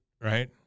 right